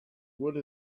would